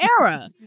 era